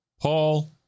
Paul